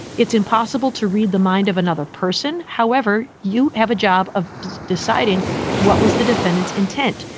it's impossible to read the mind of another person. however, you have a job of deciding what was the defendant's intent.